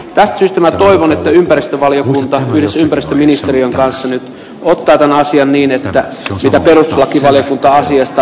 tästä syystä mä toivon että ympäristövaliokunta jos ympäristöministeriön kanssa nyt ottaa naisia niin että laki sälyttää asiasta